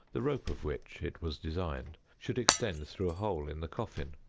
the rope of which, it was designed, should extend through a hole in the coffin,